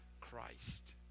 Christ